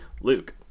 Luke